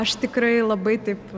aš tikrai labai taip